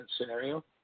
scenario